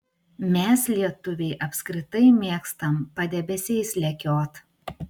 mes lietuviai apskritai mėgstam padebesiais lekiot